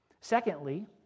Secondly